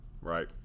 Right